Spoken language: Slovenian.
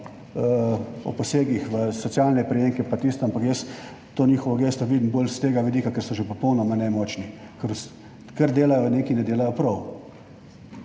o posegih v socialne prejemke pa tisto, ampak jaz to njihovo gesto vidim bolj s tega vidika, da so že popolnoma nemočni. Ker kar delajo, nečesa ne delajo prav.